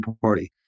Party